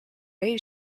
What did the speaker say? may